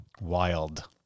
Wild